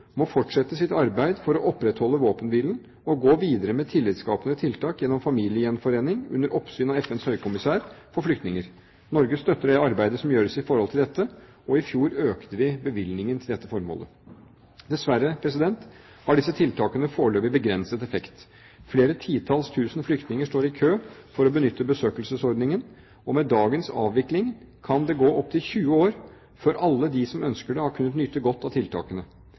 må fortsette sitt arbeid for å opprettholde våpenhvilen og gå videre med tillitskapende tiltak gjennom familiegjenforening under oppsyn av FNs høykommissær for flyktninger. Norge støtter det arbeid som gjøres i forhold til dette, og i fjor økte vi bevilgningen til dette formålet. Dessverre har disse tiltakene foreløpig begrenset effekt. Flere titalls tusen flyktninger står i kø for å benytte besøksordningen, og med dagens avvikling kan det gå opptil 20 år før alle de som ønsker det, har kunnet nyte godt av tiltakene.